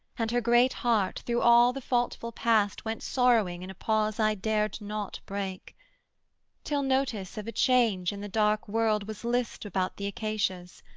and her great heart through all the faultful past went sorrowing in a pause i dared not break till notice of a change in the dark world was lispt about the acacias,